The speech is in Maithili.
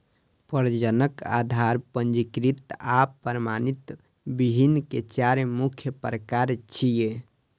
प्रजनक, आधार, पंजीकृत आ प्रमाणित बीहनि के चार मुख्य प्रकार छियै